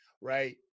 Right